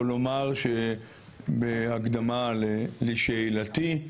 או לומר בהקדמה לשאלתי,